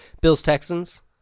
Bills-Texans